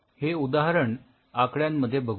हे उदाहरण आकड्यांमध्ये बघूया